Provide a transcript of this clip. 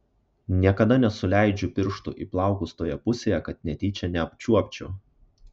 niekada nesuleidžiu pirštų į plaukus toje pusėje kad netyčia neapčiuopčiau